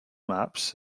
maps